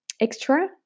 extra